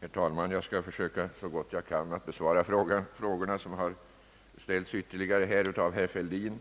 Herr talman! Jag skall försöka att så gott jag kan besvara de ytterligare frågor som herr Fälldin nu har